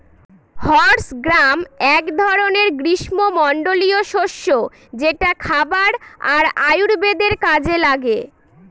horse gram এক ধরনের গ্রীস্মমন্ডলীয় শস্য যেটা খাবার আর আয়ুর্বেদের কাজে লাগে